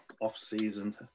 off-season